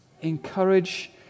encourage